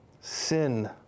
sin